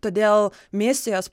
todėl misijos